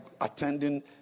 attending